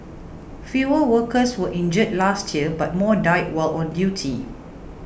fewer workers were injured last year but more died while on duty